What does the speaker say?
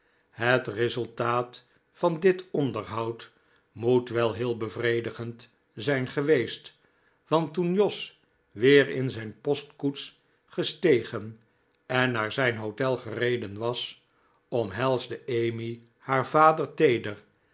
het resultaat van dit onderhoud moet wel heel bevredigend zijn geweest want toen jos weer in zijn postkoets gestegen en naar zijn hotel gereden was omhelsde emmy haar vader teeder